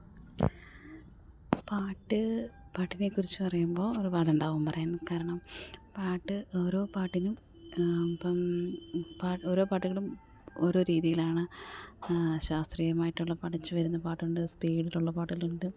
പാട്ടു പാട്ടിനെ കുറിച്ചു പറയുമ്പോൾ ഒരുപാട് ഉണ്ടാകും പറയാൻ കാരണം പാട്ട് ഓരോ പാട്ടിനും ഇപ്പം ഓരോ പാട്ടുകളും ഓരോ രീതിയിലാണ് ശാസ്ത്രീയമായിട്ടുള്ള പഠിച്ചു വരുന്ന പാട്ടുണ്ട് സ്പീഡിൽ ഉള്ള പാട്ടുകളുണ്ട്